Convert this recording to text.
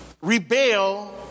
rebel